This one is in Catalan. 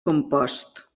compost